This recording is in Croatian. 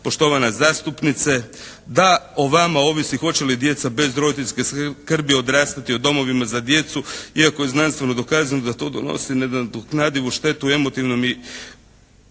poštovana zastupnice, da o vama ovisi hoće li djeca bez roditeljske skrbi odrastati u domovima za djecu iako je znanstveno dokazano da to donosi nenadoknadivu štetu emotivnom i